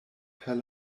per